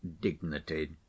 dignity